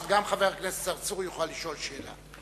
אז גם חבר הכנסת צרצור יוכל לשאול שאלה.